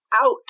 out